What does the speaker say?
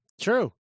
True